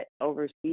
overseas